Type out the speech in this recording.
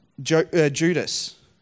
Judas